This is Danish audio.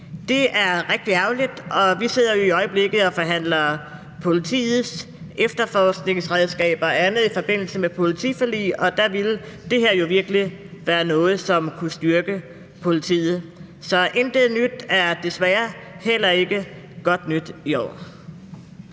Det er rigtig ærgerligt. Vi sidder jo i øjeblikket og forhandler om politiets efterforskningsredskaber og andet i forbindelse med politiforliget, og der ville det her virkelig være noget, som kunne styrke politiet. Så intet nyt er desværre heller ikke i år godt nyt. Kl.